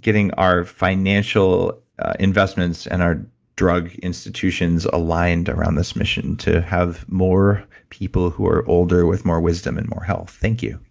getting our financial investments and our drug institutions aligned around this mission to have more people who are older with more wisdom and more health, thank you